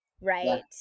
Right